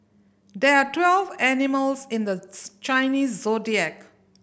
there are twelve animals in the Chinese Zodiac